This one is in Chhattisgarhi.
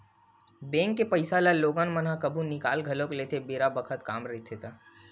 बेंक के पइसा ल लोगन ह कभु निकाल घलो लेथे बेरा बखत काम रहिथे ता